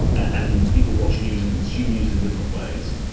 and people watch news and consume news in different ways.